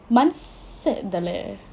蛮 sad 的 leh